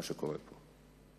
מה שקורה פה.